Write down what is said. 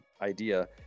idea